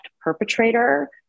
perpetrator